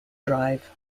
drive